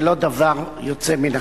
זה לא דבר יוצא מן הכלל.